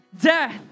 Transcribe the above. death